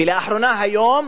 ולאחרונה, היום,